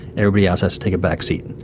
everybody else has to take a back seat.